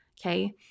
Okay